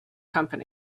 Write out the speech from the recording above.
company